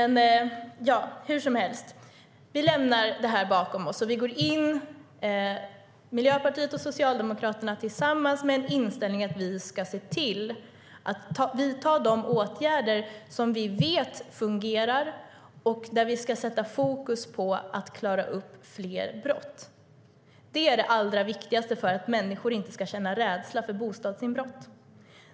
Nu går Miljöpartiet och Socialdemokraterna tillsammans in med inställningen att vi ska se till att vidta de åtgärder som vi vet fungerar. Vi ska sätta fokus på att klara upp fler brott. Det är det allra viktigaste för att människor inte ska känna rädsla för bostadsinbrott.